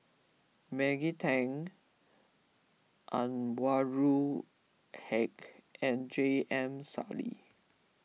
Maggie Teng Anwarul Haque and J M Sali